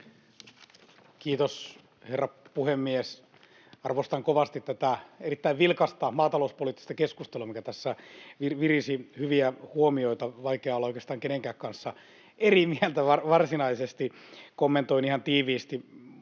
Kiitos, herra puhemies! Arvostan kovasti tätä erittäin vilkasta maatalouspoliittista keskustelua, mikä tässä virisi — hyviä huomioita. On oikeastaan vaikeaa olla kenenkään kanssa varsinaisesti eri mieltä. Kommentoin ihan tiiviisti